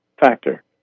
factor